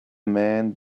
man